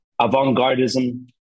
avant-gardism